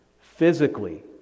physically